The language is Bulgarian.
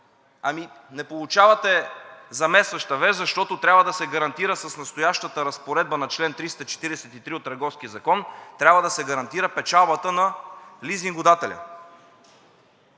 Ами, не получавате заместваща вещ, защото трябва да се гарантира с настоящата разпоредба на чл. 343 от Търговския закон печалбата на лизингодателя.